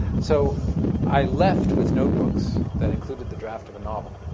so i left with notebooks that included the draft of a novel.